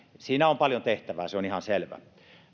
siinä on paljon tehtävää se on ihan selvä